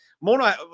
mona